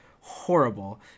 horrible